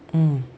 mm